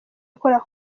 akora